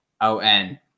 o-n